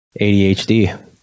ADHD